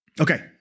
Okay